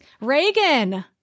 Reagan